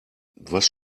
was